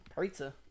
pizza